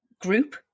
group